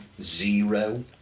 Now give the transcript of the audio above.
zero